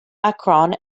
akron